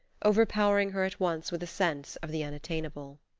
overpowering her at once with a sense of the unattainable.